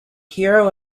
hero